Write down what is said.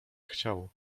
chciał